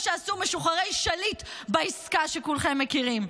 שעשו משוחררי שליט בעסקה שכולכם מכירים.